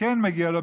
שכן מגיע לו,